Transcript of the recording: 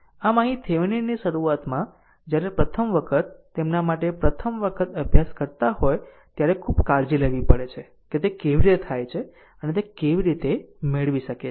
આમ અહીં થેવીનિન ની શરૂઆતમાં જ્યારે પ્રથમ વખત તેમના માટે પ્રથમ વખત અભ્યાસ કરતા હોય ત્યારે ખૂબ કાળજી લેવી પડે છે કે તે કેવી રીતે થાય છે અને કેવી રીતે મેળવી શકે છે